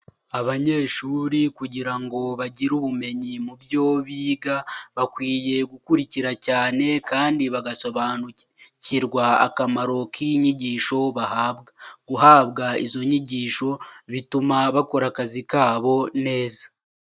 Abanyeshuri kugira ngo bagire ubumenyi mu byo biga, bakwiye gukurikira cyane kandi bagasobanukirwa akamaro k'inyigisho bahabwa. Guhabwa izo nyigisho bituma bakora akazi kabo neza.